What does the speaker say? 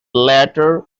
latter